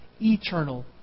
eternal